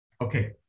Okay